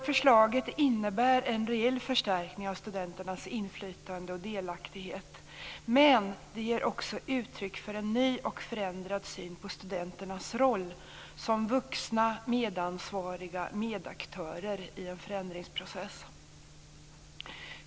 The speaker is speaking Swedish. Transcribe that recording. Förslaget innebär en rejäl förstärkning av studenternas inflytande och delaktighet, men det ger också uttryck för en ny och förändrad syn på studenternas roll som vuxna medansvariga medaktörer i en förändringsprocess.